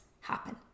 happen